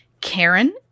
Karen